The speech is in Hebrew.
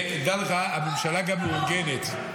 תדע לך, הממשלה גם מאורגנת.